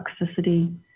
toxicity